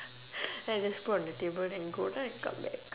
then I just put on the table then go down and come back